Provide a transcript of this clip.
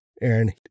Aaron